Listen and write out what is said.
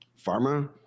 pharma